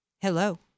Hello